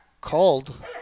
called